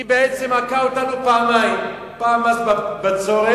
בעצם מכה אותנו פעמיים: פעם מס בצורת,